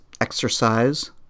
Exercise